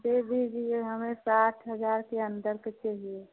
दे दीजिए हमें साठ हजार के अन्दर का चाहिए